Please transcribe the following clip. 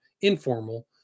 informal